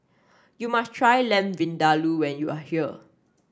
you must try Lamb Vindaloo when you are here